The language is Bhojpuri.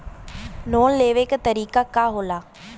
लोन लेवे क तरीकाका होला?